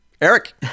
Eric